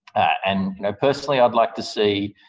and personally i'd like to see,